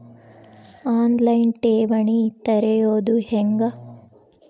On line ಠೇವಣಿ ತೆರೆಯೋದು ಹೆಂಗ?